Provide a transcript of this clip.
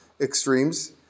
extremes